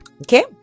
okay